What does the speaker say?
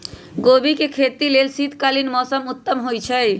गोभी के खेती लेल शीतकालीन मौसम उत्तम होइ छइ